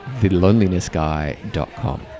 thelonelinessguy.com